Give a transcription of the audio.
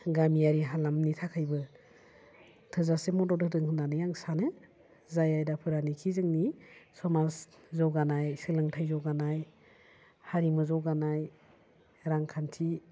गामियारि हालामनि थाखायबो थोजासे मदद होदों होन्नानै आं सानो जाय आयदाफोरानोखि जोंनि समाज जौगानाय सोलोंथाय जौगानाय हारिमु जौगानाय रांखान्थि